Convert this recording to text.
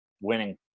winning